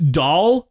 doll